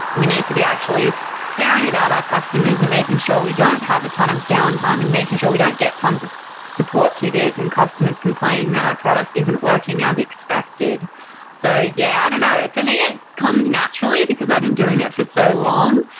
we need to be actually caring about our customers and making sure we don't have a ton of downtime and making sure we don't get tons of support tickets and customers complaining that our product isn't working as expected so yeah, i don't know. for me, it comes naturally because i've been doing it for so long,